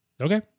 Okay